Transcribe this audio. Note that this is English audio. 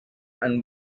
and